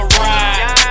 ride